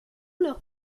leurs